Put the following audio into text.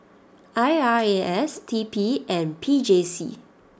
I R A S T P and P J C